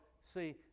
see